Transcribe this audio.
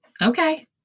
Okay